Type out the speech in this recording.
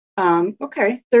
Okay